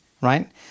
right